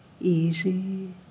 Easy